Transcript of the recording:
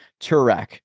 Turek